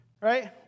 right